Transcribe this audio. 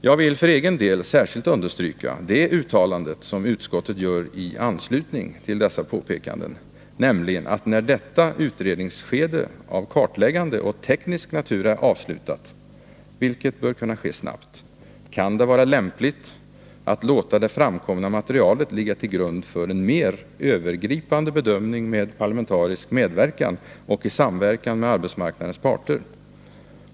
Jag vill för egen del särskilt understryka det uttalande som utskottet gör i anslutning till dessa påpekanden, nämligen att när detta utredningsskede av kartläggande och teknisk natur är avslutat — och det bör det kunna vara ganska snart — kan det vara lämpligt att låta det framkomna materialet ligga till grund för en mer övergripande bedömning med parlamentarisk medverkan och i samverkan med arbetsmarknadens parter.